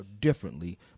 differently